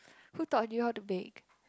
who taught you how to bake